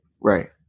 Right